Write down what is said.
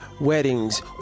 weddings